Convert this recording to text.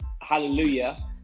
hallelujah